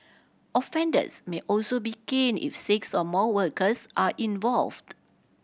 offenders may also be caned if six or more workers are involved